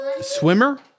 swimmer